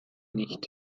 nicht